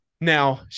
Now